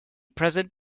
present